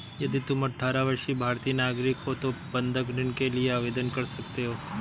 यदि तुम अठारह वर्षीय भारतीय नागरिक हो तो बंधक ऋण के लिए आवेदन कर सकते हो